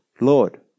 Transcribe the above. Lord